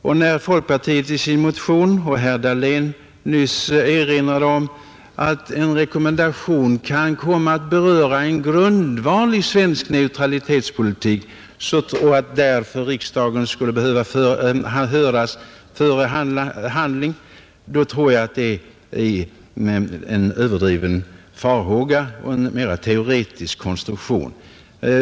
Och när folkpartiet i sin motion, och herr Dahlén nyss från talarstolen, erinrat om att en rekommendation kan komma att beröra en grundval för svensk neutralitetspolitik och därför riksdagen skulle behöva höras före handling, då tror jag att det är en överdriven farhåga och en mera teoretisk konstruktion.